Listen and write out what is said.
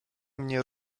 mnie